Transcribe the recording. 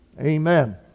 amen